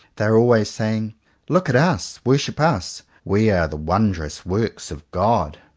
they are always saying look at us. worship us. we are the wondrous works of god.